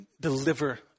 deliver